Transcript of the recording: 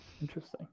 Interesting